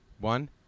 One